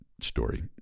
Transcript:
story